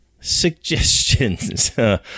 suggestions